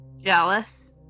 Jealous